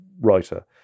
writer